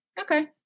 okay